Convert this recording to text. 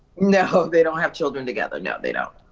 no they don't have children together, no they don't,